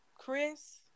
Chris